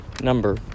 number